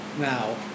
now